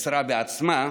יצרה בעצמה,